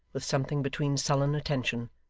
with something between sullen attention,